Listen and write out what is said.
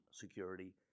security